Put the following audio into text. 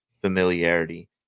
familiarity